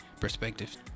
perspective